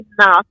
enough